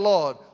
Lord